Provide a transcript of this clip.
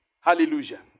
Hallelujah